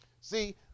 See